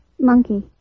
monkey